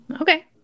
Okay